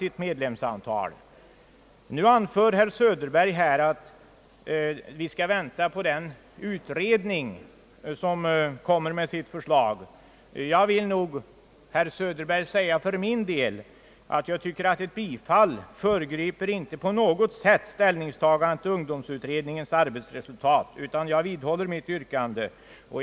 Herr Söderberg anför nu att vi bör vänta på den utredning som skall framlägga sitt förslag på detta område. Jag vill nog, herr Söderberg, säga att jag för min del tycker att ett bifall till förslaget om bidrag inte på något sätt fö regriper = ställningstagandet = till domsutredningens resultat, vidhåller mitt yrkande.